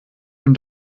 dem